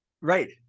Right